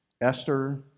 esther